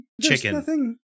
chicken